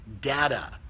data